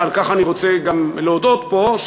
ועל כך אני רוצה גם להודות פה,